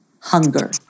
Hunger